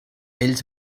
ells